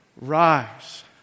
rise